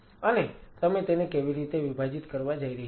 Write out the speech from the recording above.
અને તમે તેને કેવી રીતે વિભાજીત કરવા જઈ રહ્યા છો